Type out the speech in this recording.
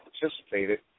participated